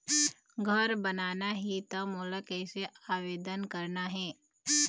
घर बनाना ही त मोला कैसे आवेदन करना हे?